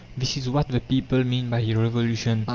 this is what the people mean by a revolution.